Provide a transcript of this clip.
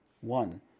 one